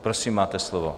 Prosím, máte slovo.